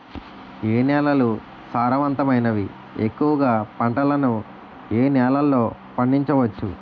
ఏ నేలలు సారవంతమైనవి? ఎక్కువ గా పంటలను ఏ నేలల్లో పండించ వచ్చు?